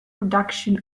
production